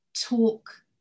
talk